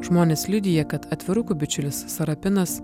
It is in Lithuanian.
žmonės liudija kad atvirukų bičiulis sarapinas